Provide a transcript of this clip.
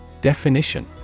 Definition